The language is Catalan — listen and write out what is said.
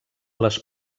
les